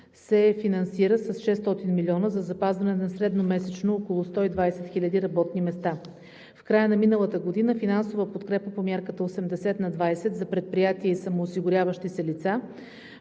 се финансира с 600 милиона за запазване средномесечно на около 120 хиляди работни места. В края на миналата година финансовата подкрепа по мярката 80/20 за предприятия и самоосигуряващи се лица